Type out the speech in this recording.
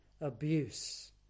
abuse